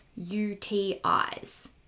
UTIs